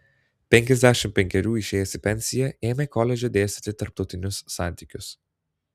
penkiasdešimt penkerių išėjęs į pensiją ėmė koledže dėstyti tarptautinius santykius